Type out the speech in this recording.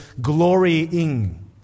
glorying